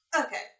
Okay